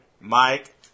Mike